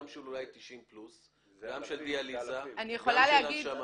גם של אולי 90 פלוס, גם של דיאליזה, גם של הנשמה.